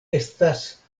estas